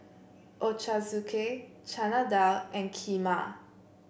Ochazuke Chana Dal and Kheema